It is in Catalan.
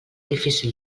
difícil